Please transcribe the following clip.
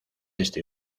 este